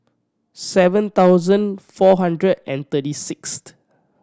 seven thousand four hundred and thirty sixth